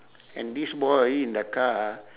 and this boy in the car